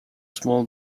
small